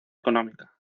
económica